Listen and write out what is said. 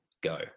go